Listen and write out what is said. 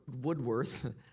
Woodworth